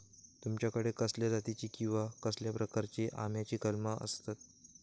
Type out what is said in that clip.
तुमच्याकडे कसल्या जातीची किवा कसल्या प्रकाराची आम्याची कलमा आसत?